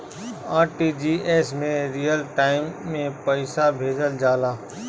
RTGS में real time में पइसा भेजल जाला